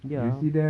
ya